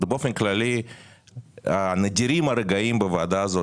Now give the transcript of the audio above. באופן כללי נדירים הרגעים בוועדה הזאת